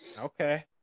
Okay